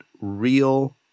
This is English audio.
real